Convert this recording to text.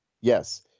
Yes